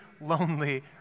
lonely